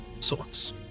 sorts